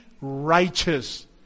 righteous